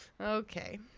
Okay